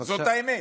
זאת האמת,